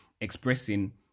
expressing